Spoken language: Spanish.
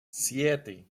siete